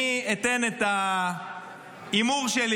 אני אתן את ההימור שלי.